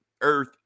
Earth